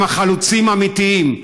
הם החלוצים האמיתיים,